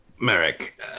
Merrick